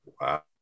Wow